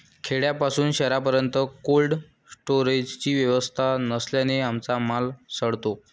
खेड्यापासून शहरापर्यंत कोल्ड स्टोरेजची व्यवस्था नसल्याने आमचा माल सडतो